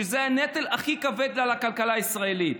שזה הנטל הכי כבד על הכלכלה הישראלית.